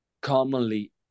commonly